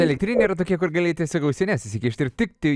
elektriniai yra tokie kur gali tiesiog ausines įsikišti ir tik tik